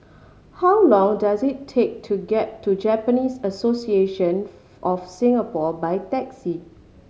how long does it take to get to Japanese Association of Singapore by taxi